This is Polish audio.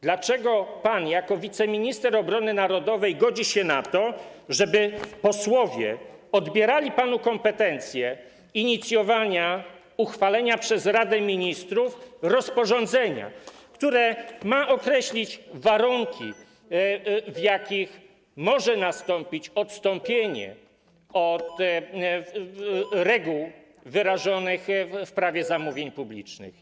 Dlaczego pan jako wiceminister obrony narodowej godzi się na to, żeby posłowie odbierali panu kompetencję inicjowania uchwalenia przez Radę Ministrów rozporządzenia, które ma określić warunki, w jakich może nastąpić odstąpienie od reguł wyrażonych w Prawie zamówień publicznych?